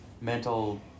mental